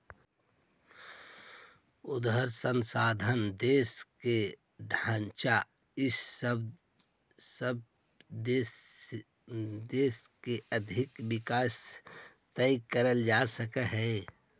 अउर संसाधन, देश के ढांचा इ सब से देश के आर्थिक विकास तय कर जा हइ